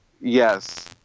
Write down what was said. Yes